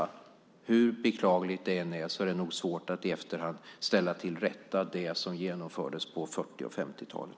Det är nog, hur beklagligt det än är, svårt att i efterhand ställa till rätta det som genomfördes på 40 och 50-talet.